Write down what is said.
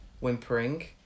whimpering